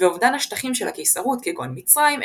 ואובדן השטחים של הקיסרות כגון מצרים,